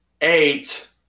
Eight